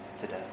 today